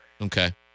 Okay